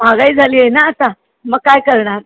महागाई झाली आहे ना आता मग काय करणार